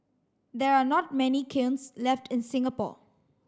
there are not many kilns left in Singapore